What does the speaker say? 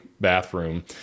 bathroom